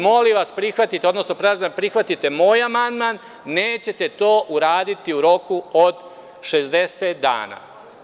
Molim vas, prihvatite, odnosno tražim da prihvatite moj amandman, neće to uraditi u roku od 60 dana.